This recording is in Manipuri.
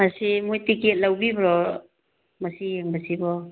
ꯃꯁꯤ ꯃꯣꯏ ꯇꯤꯀꯦꯠ ꯂꯧꯕꯤꯕ꯭ꯔꯣ ꯃꯁꯤ ꯌꯦꯡꯕꯁꯤꯕꯣ